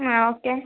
ಹಾಂ ಓಕೆ